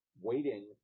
waiting